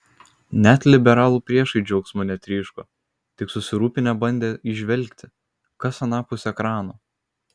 net liberalų priešai džiaugsmu netryško tik susirūpinę bandė įžvelgti kas anapus ekrano